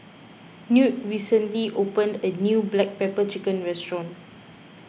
Knute recently opened a new Black Pepper Chicken restaurant